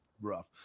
rough